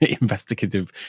investigative